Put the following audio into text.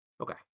Okay